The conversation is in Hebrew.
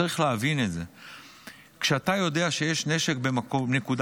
צריך את זה כשאתה יודע שיש נשק בנקודה